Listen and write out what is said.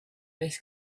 this